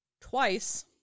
twice